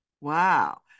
wow